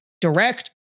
direct